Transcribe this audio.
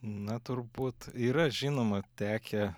na turbūt yra žinoma tekę